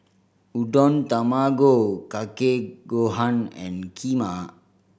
Udon Tamago Kake Gohan and Kheema